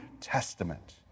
Testament